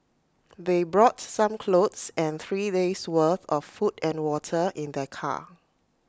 they brought some clothes and three days worth of food and water in their car